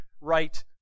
right